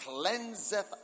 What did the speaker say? cleanseth